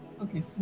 Okay